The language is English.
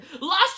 lost